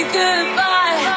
goodbye